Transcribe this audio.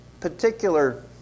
particular